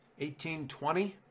1820